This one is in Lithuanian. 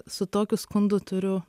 su tokiu skundu turiu